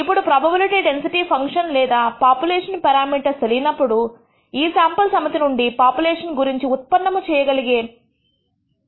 ఇప్పుడు probability density function లేదా population parameters తెలియనప్పుడు ఈ శాంపుల్ సమితి నుండి పాపులేషన్ గురించి ఉత్పన్నము చేయగలిగే పరిణామాలను ఊహించాలి